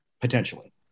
potentially